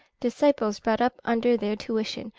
disciples brought up under their tuition,